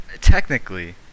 technically